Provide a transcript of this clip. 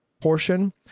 portion